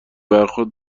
برخورد